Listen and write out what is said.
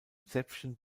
zäpfchen